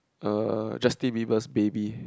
er Justin Bieber's Baby